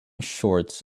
shorts